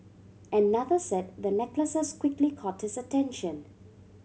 another said the necklaces quickly caught his attention